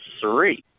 three